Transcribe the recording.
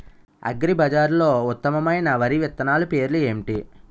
అగ్రిబజార్లో ఉత్తమమైన వరి విత్తనాలు పేర్లు ఏంటి?